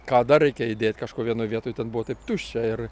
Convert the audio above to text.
ką dar reikia įdėt kažko vienoj vietoj ten buvo taip tuščia ir